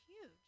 huge